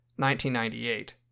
1998